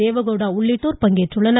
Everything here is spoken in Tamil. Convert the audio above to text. தேவகவுடா உள்ளிட்டோர் பங்கேற்கின்றனர்